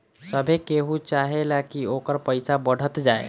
सभे केहू चाहेला की ओकर पईसा बढ़त जाए